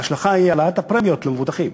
ההשלכה היא העלאת הפרמיות למבוטחים.